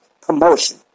Promotion